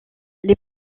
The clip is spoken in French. les